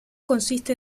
consiste